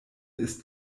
ist